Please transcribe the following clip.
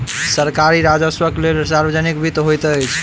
सरकारी राजस्वक लेल सार्वजनिक वित्त होइत अछि